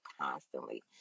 constantly